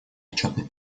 отчетный